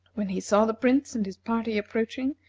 when he saw the prince and his party approaching,